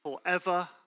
forever